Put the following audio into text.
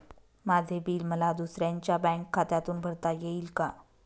माझे बिल मला दुसऱ्यांच्या बँक खात्यातून भरता येईल का?